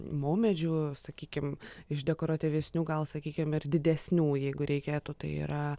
maumedžių sakykim iš dekoratyvesnių gal sakykim ir didesnių jeigu reikėtų tai yra